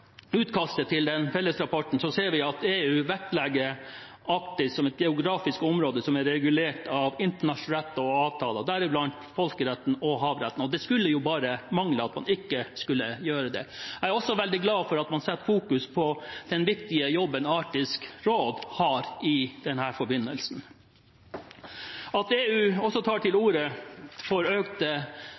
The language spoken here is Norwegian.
utkastet til fellesrapporten, ser vi at EU vektlegger Arktis som et geografisk område som er regulert av internasjonal rett og internasjonale avtaler, deriblant folkeretten og havretten. Det skulle bare mangle at det ikke skulle være det. Jeg er veldig glad for at man fokuserer på den viktige jobben Arktisk råd har i denne forbindelse. At EU også tar til orde for